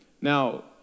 Now